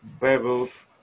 bevels